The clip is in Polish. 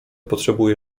potrzebuje